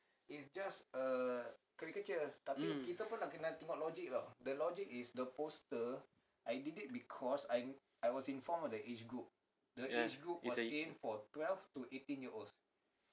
mm ya is a